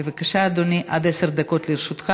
יום ציון לאומי לתרומתה ופועלה של העדה הדרוזית,